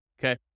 Okay